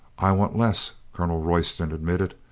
i want less, colonel royston admitted.